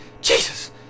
Jesus